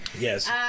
Yes